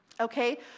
Okay